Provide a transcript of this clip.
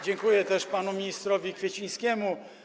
Dziękuję też panu ministrowi Kwiecińskiemu.